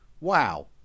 Wow